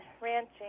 ranching